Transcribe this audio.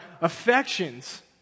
affections